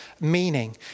meaning